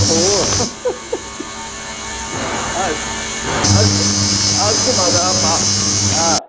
ओ अस्तु अस्तु महोदया आ